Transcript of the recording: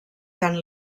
cant